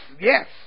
yes